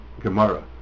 Gemara